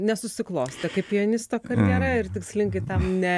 nesusiklostė kaip pianisto karjera ir tikslingai tam ne